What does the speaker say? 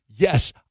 Yes